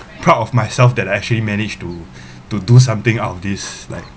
proud of myself that I actually managed to to do something out of this like